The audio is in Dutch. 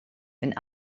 een